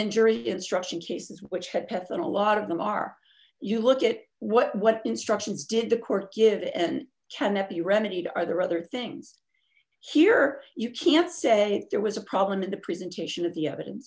in jury instruction cases which had kept on a lot of them are you look at what what instructions did the court give and can it be remedied are there other things here you can't say there was a problem in the presentation of the evidence